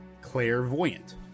Clairvoyant